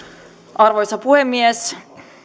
arvoisa puhemies